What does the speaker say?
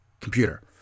computer